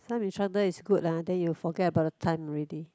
some instructor is good lah then you forget about the time already